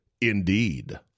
Indeed